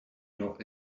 know